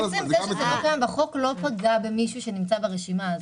עצם זה שזה לא קיים בחוק לא פגע במישהו שנמצא ברשימה הזאת.